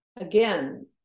Again